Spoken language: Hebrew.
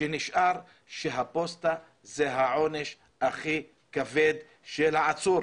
שנשאר שהפוסטה זה העונש הכי כבד של העצור.